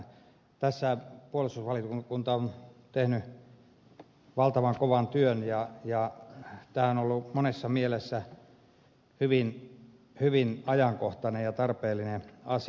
tässä puolustusvaliokunta on tehnyt valtavan kovan työn ja tämä on ollut monessa mielessä hyvin ajankohtainen ja tarpeellinen asia